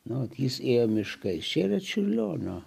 nu jis ėjo miškais čia yra čiurlionio